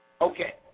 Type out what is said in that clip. Okay